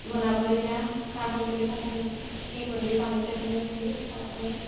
বনাবলৈ নিয়া সা সঁজুলিসমূহ সেই নদীৰ পানীতে ধুই মেলি তাত আমি